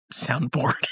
soundboard